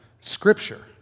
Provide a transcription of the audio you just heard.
Scripture